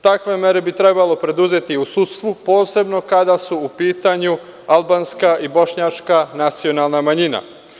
Takve mere bi trebalo preduzeti u sudstvu, posebno kada su u pitanju albanska i bošnjačka nacionalna manjina.